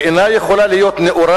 והיא אינה יכולה להיות נאורה,